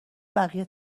بقیه